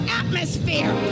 atmosphere